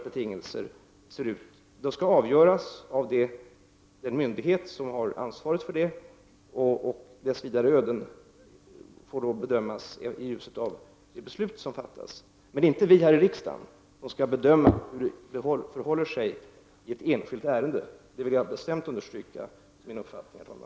Ärendena skall avgöras av den myndighet som har ansvaret för sådana frågor och får bedömas i ljuset av de beslut som fattas. Jag vill bestämt understryka som min mening, herr talman, att det inte är vi här i riksdagen som skall bedöma hur det förhåller sig i ett enskilt ärende.